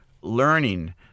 learning